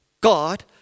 God